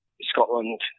Scotland